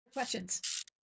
Questions